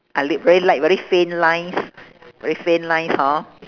ah li~ very light very faint lines very faint lines hor